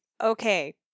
okay